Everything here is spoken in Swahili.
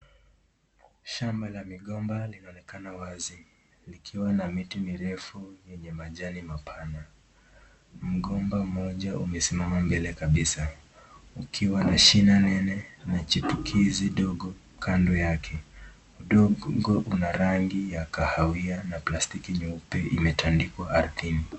Shamba la migomba linaonekana wazi likiwa na miti mirefu yenye majani mapana .Mgomba mmoja umesimama mbele kabisa ukiwa na shina nene na jipukizi ndogo. Kando yake udongo una rangi ya kahawia na plastiki nyeupe imetandikwa ardhini.